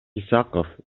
исаков